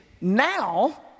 Now